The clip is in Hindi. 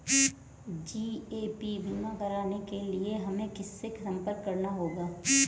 जी.ए.पी बीमा कराने के लिए हमें किनसे संपर्क करना होगा?